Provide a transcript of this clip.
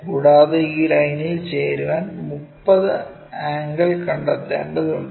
കൂടാതെ ഈ ലൈനിൽ ചേരാൻ 30 ആംഗിൾ കണ്ടെത്തേണ്ടതുണ്ട്